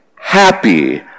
Happy